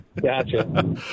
Gotcha